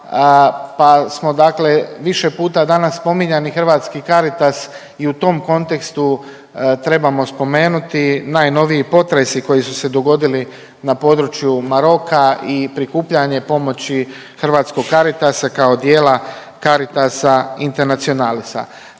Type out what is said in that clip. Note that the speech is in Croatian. pa smo dakle više puta danas spominjani Hrvatski Caritas i u tom kontekstu trebamo spomenuti najnoviji potresi koji su se dogodili na području Maroka i prikupljanje pomoći Hrvatskog Caritasa kao dijela Caritasa Internationalisa.